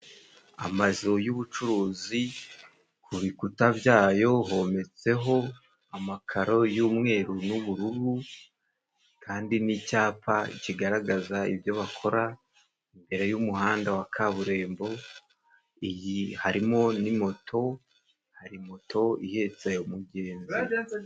Amazu y'ubucuruzi, ku bikuta byayo hometseho amakaro y'umweru n'ubururu, kandi n'icyapa kigaragaza ibyo bakora. Imbere y'umuhanda wa kaburimbo, iyi harimo n'imoto, hari moto ihetse umugenzi.